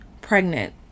pregnant